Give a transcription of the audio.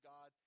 God